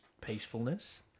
peacefulness